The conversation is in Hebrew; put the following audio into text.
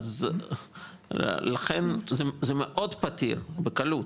אז לכן זה מאוד פתיר בקלות,